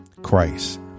Christ